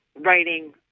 writing